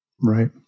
Right